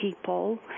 people